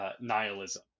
nihilism